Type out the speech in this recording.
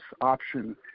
option